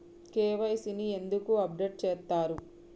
KYC ని ఎందుకు update చేత్తరు?